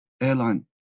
airline